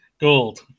Gold